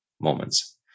moments